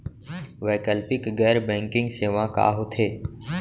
वैकल्पिक गैर बैंकिंग सेवा का होथे?